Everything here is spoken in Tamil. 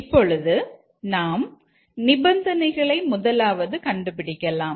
இப்பொழுது நாம் நிபந்தனைகளை முதலாவது கண்டுபிடிக்கலாம்